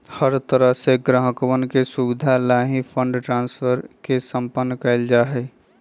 हर तरह से ग्राहकवन के सुविधा लाल ही फंड ट्रांस्फर के सम्पन्न कइल जा हई